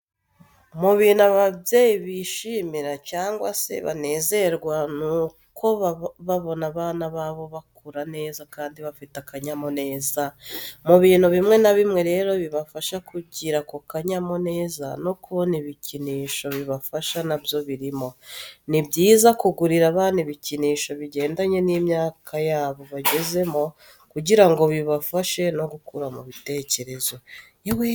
Mu bituma ababyeyi bishima cyangwa se banezerwa nuko baba babona abana babo bakura neza kandi bafite akanyamuneza, mu bintu biimwe na bimwe rero bibafasha kugira ako kanyamuneza no kubona ibikinisho bibafasha nabyo birimo. Ni byiza kugurira abana ibikinisho bigendanye n'imyaka yabo bagezemo kugirango bibafashe no gukura mu bitekerezo.